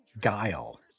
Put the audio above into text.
guile